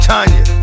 Tanya